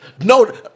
No